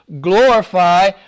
glorify